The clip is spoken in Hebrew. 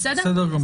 בסדר?